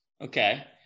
Okay